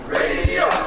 radio